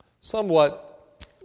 somewhat